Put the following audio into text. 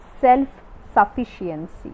self-sufficiency